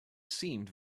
seemed